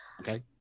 Okay